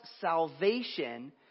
salvation